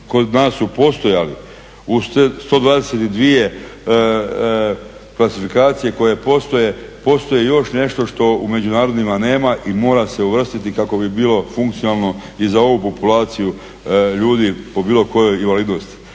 kod nas su postojali. U 122 klasifikacije koje postoje, postoji još nešto što u međunarodnima nema i mora se uvrstiti kako bi bilo funkcionalno i za ovu populaciju ljudi po bilo kojoj invalidnost.